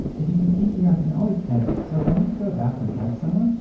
is you can see here, i can always edit. so if i need to go back and add someone,